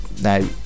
Now